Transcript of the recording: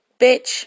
Bitch